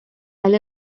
and